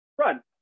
run